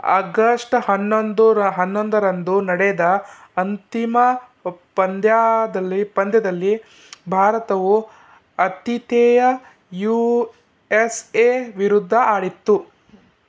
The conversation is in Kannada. ಅಗಸ್ಟ್ ಹನ್ನೊಂದರ ಹನ್ನೊಂದರಂದು ನಡೆದ ಅಂತಿಮ ಪಂದ್ಯದಲ್ಲಿ ಪಂದ್ಯದಲ್ಲಿ ಭಾರತವು ಆತಿಥೇಯ ಯು ಎಸ್ ಎ ವಿರುದ್ಧ ಆಡಿತ್ತು